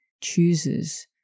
chooses